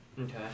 Okay